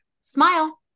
smile